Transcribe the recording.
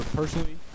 personally